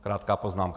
Krátká poznámka.